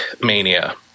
mania